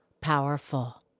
powerful